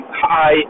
hi